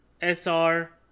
sr